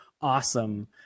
awesome